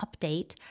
update